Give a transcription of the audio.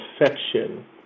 affection